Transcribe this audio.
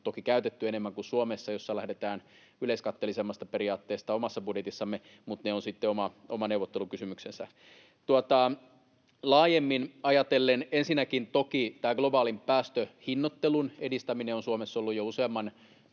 on toki käytetty EU:ssa enemmän kuin Suomessa, jossa lähdetään yleiskatteellisemmasta periaatteesta omassa budjetissamme, mutta ne ovat sitten oma neuvottelukysymyksensä. Laajemmin ajatellen: Ensinnäkin toki tämä globaalin päästöhinnoittelun edistäminen on Suomessa ollut jo useamman